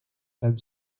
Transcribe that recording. sub